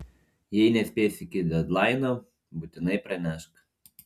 jei nespėsi iki dedlaino būtinai pranešk